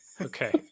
Okay